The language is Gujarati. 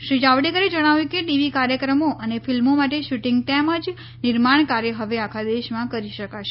શ્રી જાવડેકરે જણાવ્યું કે ટીવી કાર્યક્રમો અને ફિલ્મો માટે શૂટિંગ તેમ જ નિર્માણ કાર્ય હવે આખા દેશમાં કરી શકાશે